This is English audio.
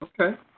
Okay